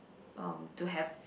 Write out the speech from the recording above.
um to have